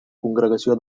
congregació